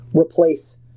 replace